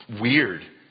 weird